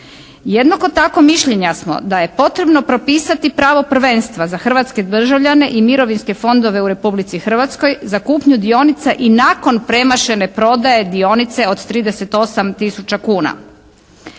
Jednako tako mišljenja smo da je potrebno propisati pravo prvenstva za hrvatske državljane i mirovinske fondove u Republici Hrvatskoj za kupnju dionica i nakon premašene prodaje dionice od 38 tisuća kuna.